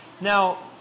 Now